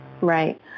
Right